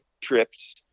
trips